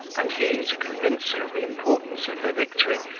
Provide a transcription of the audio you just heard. and he, to convince her of the importance of her victory,